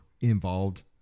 involved